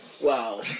Wow